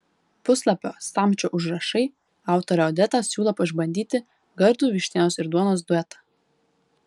puslapio samčio užrašai autorė odeta siūlo išbandyti gardų vištienos ir duonos duetą